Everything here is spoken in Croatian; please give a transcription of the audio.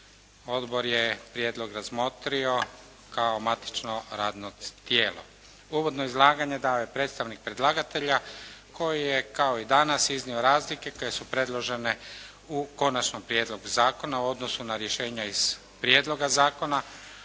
Odbor je prijedlog razmotrio kao matično radno tijelo. Uvodno izlaganje dao je predstavnik predlagatelja koji je kao i danas iznio razlike koje su predložene u konačnom prijedlogu zakona u odnosu na rješenja iz prijedloga zakona,